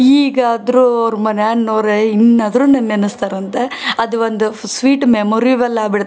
ಈಗಾದರೂ ಅವ್ರ ಮನ್ಯಾನೋರ್ ಇನ್ನಾದ್ರೂ ನನ್ನ ನೆನೆಸ್ತಾರಂತೆ ಅದು ಒಂದು ಸ್ವೀಟ್ ಮೆಮೊರೇಬಲ್ ಆಗ್ಬಿಡ್ತು